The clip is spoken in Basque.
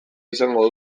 izango